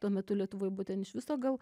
tuo metu lietuvoj būtent iš viso gal